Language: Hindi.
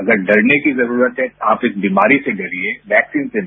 अगर डरने की जरूरत है आप इस बीमारी से डरिए वैक्सीन से नहीं